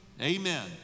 Amen